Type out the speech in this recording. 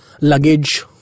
luggage